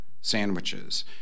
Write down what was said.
sandwiches